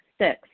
Six